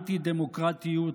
אנטי-דמוקרטיות,